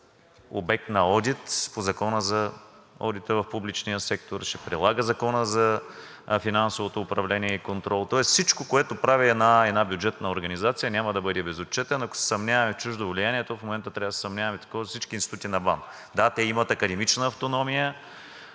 обект на одит по Закона за одита в публичния сектор, ще прилага Закона за финансовото управление и контрол, тоест всичко, което прави една бюджетна организация, няма да бъде безотчетен. Ако се съмняваме за чуждо влияние, то в момента трябва да се съмняваме за такова за всички институти на БАН. Да, те имат академична автономия,